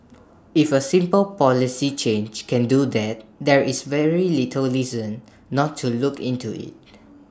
if A simple policy change can do that there is very little reason not to look into IT